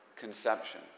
conception